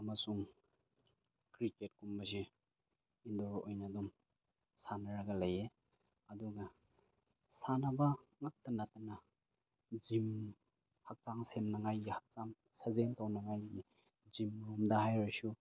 ꯑꯃꯁꯨꯡ ꯀ꯭ꯔꯤꯛꯀꯦꯠꯀꯨꯝꯕꯁꯦ ꯏꯟꯗꯣꯔ ꯑꯣꯏꯅ ꯑꯗꯨꯝ ꯁꯥꯟꯅꯔꯒ ꯂꯩꯌꯦ ꯑꯗꯨꯅ ꯁꯥꯟꯅꯕ ꯉꯥꯛꯇ ꯅꯠꯇꯅ ꯖꯤꯝ ꯍꯛꯆꯥꯡ ꯁꯦꯝꯅꯉꯥꯏꯒꯤ ꯍꯛꯆꯥꯡ ꯁꯥꯖꯦꯜ ꯇꯧꯅꯉꯥꯏꯒꯤ ꯖꯤꯝꯂꯣꯝꯗ ꯍꯥꯏꯔꯁꯨ